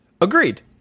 Agreed